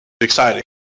exciting